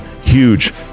huge